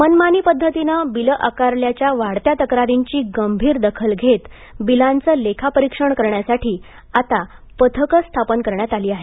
मनमानी पद्धतीने बिलं आकारल्याच्या वाढत्या तक्रारींची गंभीर दखल घेत बिलांचं लेखापरीक्षण करण्यासाठी आता पथकं स्थापन करण्यात आली आहेत